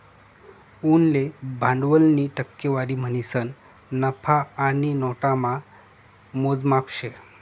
उनले भांडवलनी टक्केवारी म्हणीसन नफा आणि नोटामा मोजमाप शे